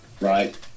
right